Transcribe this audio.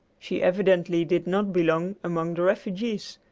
she evidently did not belong among the refugees,